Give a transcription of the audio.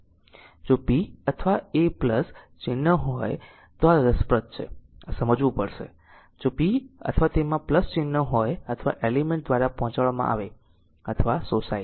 જો p અથવા a ચિહ્ન હોય તો આ રસપ્રદ છે આ સમજવું પડશે જો p અથવા તેમાં ચિહ્ન p હોય અથવા એલિમેન્ટ દ્વારા પહોંચાડવામાં આવે અથવા શોષાય છે